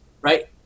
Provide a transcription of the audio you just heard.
right